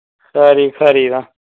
खरी खरी तां